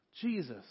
Jesus